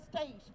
state